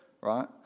Right